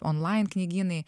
onlain knygynai